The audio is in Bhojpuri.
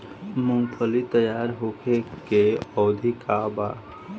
मूँगफली तैयार होखे के अवधि का वा?